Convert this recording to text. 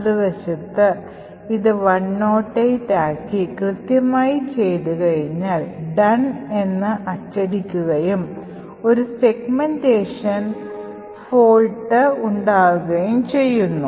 മറുവശത്ത് ഇത് 108 ആക്കി കൃത്യമായി ചെയ്തുകഴിഞ്ഞാൽ "done" എന്ന് അച്ചടിക്കുകയും ഒരു സെഗ്മെന്റേഷൻ തകരാറുണ്ടാകുകയും ചെയ്യുന്നു